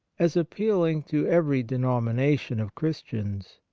as appealing to every denomination of chris tians.